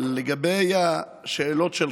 לגבי השאלות שלך: